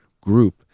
group